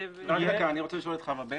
רוצה לשאול את חוה.